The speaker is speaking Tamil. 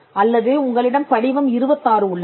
அல்லது உங்களிடம் படிவம் 26 உள்ளது